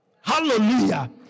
Hallelujah